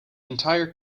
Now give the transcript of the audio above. entire